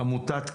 המשתתפים.